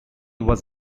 was